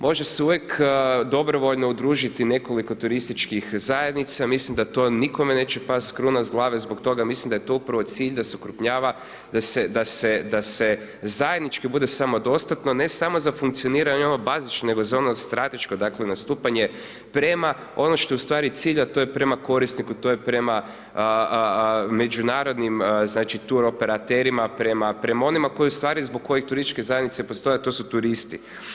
Može se uvijek dobrovoljno udružiti nekoliko turističkih zajednica, mislim da to nikome neće pasti kruna s glave zbog toga, mislim da je to upravo cilj da se okrupnjava, da se zajednički bude samodostatno, ne samo za funkcioniranje za ono bazično, nego za ono strateško, dakle, nastupanje prema, ono što je u stvari cilj, a to je prema korisniku, to je prema međunarodnim, znači, turoperaterima, prema onima koji u stvari, zbog kojih turističke zajednice postoje, a to su turisti.